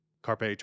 Carpe